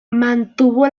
mantuvo